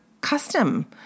custom